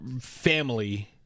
family